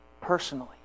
personally